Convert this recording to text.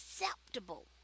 acceptable